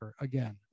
again